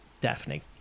Daphne